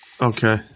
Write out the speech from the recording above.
Okay